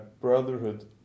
brotherhood